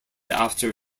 after